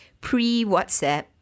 pre-WhatsApp